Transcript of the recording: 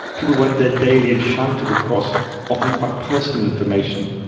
people went there daily and shouted across often quite personal information.